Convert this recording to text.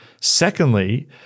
Secondly